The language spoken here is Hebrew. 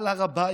על הר הבית